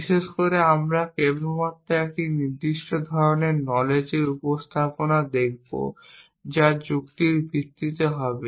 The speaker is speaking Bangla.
বিশেষ করে আমরা কেবলমাত্র একটি নির্দিষ্ট ধরণের নলেজ এর উপস্থাপনা দেখব যা যুক্তির ভিত্তিতে হবে